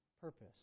purpose